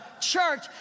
church